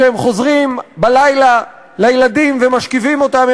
כשהם חוזרים בלילה לילדים ומשכיבים אותם,